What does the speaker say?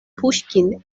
puŝkin